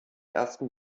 ersten